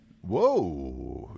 whoa